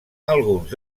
alguns